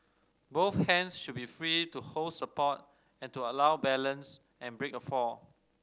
both hands should be free to hold support and to allow balance and break a fall